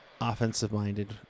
offensive-minded